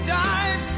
died